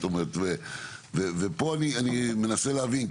כאן אני מנסה להבין.